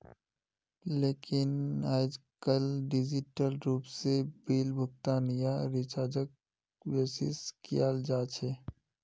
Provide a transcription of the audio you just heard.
लेकिन आयेजकल डिजिटल रूप से बिल भुगतान या रीचार्जक बेसि कियाल जा छे